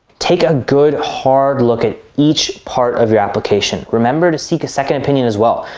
take a good, hard look at each part of your application. remember to seek a second opinion as well.